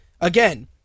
Again